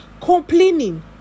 complaining